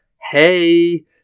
Hey